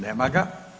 Nema ga.